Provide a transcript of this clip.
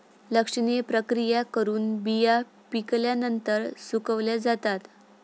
लक्षणीय प्रक्रिया करून बिया पिकल्यानंतर सुकवल्या जातात